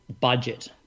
budget